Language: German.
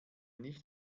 nicht